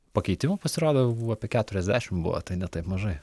pakeitimų pasirodo apie keturiasdešimt buvo tai ne taip mažai